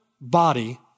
body